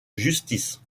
justice